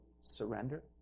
surrender